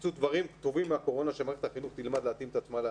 ייצאו דברים טובים מהקורונה ושמערכת החינוך תלמד להתאים את עצמה.